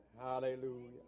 Hallelujah